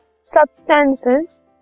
substances